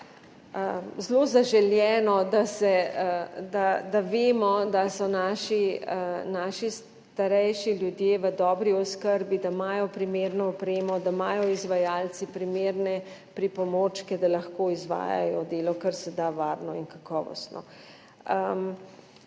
zelo zaželeno, da vemo, da so naši starejši ljudje v dobri oskrbi, da imajo primerno opremo, da imajo izvajalci primerne pripomočke, da lahko izvajajo delo karseda varno in kakovostno.